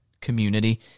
community